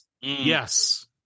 Yes